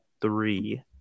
three